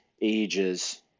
ages